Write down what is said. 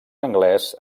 anglès